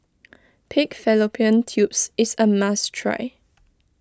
Pig Fallopian Tubes is a must try